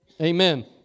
Amen